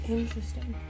Interesting